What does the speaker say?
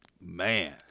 man